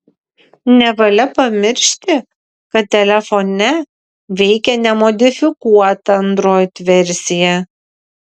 nevalia pamiršti kad telefone veikia nemodifikuota android versija